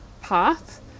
path